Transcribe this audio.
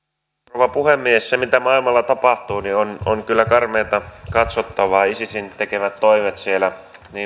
rouva puhemies se mitä maailmalla tapahtuu on kyllä karmeata katsottavaa isisin tekemät toimet siellä